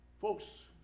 Folks